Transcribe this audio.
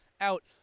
out